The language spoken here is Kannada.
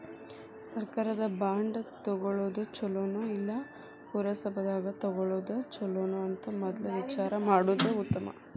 ಸರ್ಕಾರದ ಬಾಂಡ ತುಗೊಳುದ ಚುಲೊನೊ, ಇಲ್ಲಾ ಪುರಸಭಾದಾಗ ತಗೊಳೊದ ಚುಲೊನೊ ಅಂತ ಮದ್ಲ ವಿಚಾರಾ ಮಾಡುದ ಉತ್ತಮಾ